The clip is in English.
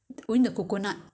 所以不需要买